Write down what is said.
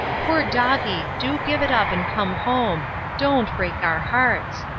poor doggie do give it up and come home don't break our hearts!